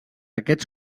aquests